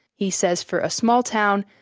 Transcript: he said for a small town,